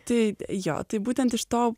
tai jo tai būtent iš to